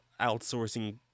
outsourcing